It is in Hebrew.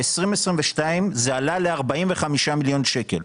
ב-2022 זה עלה ל-45 מיליון שקלים.